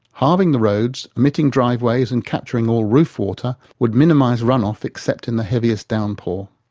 halving the roads, omitting driveways, and capturing all roof water would minimise run off except in the heaviest downpour.